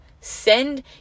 send